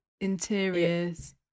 interiors